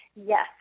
Yes